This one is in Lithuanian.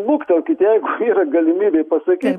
luktelkite jeigu yra galimybė pasakyt